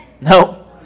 No